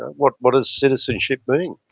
what what does citizenship mean?